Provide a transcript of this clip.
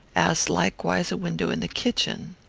as likewise a window in the kitchen.